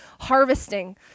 harvesting